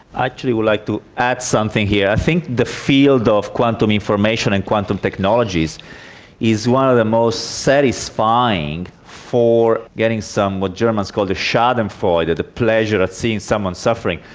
actually i'd like to add something here. i think the field ah of quantum information and quantum technologies is one of the most satisfying for getting some what germans call the schadenfreude, the pleasure of seeing someone suffering.